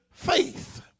Faith